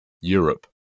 Europe